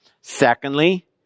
Secondly